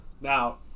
Now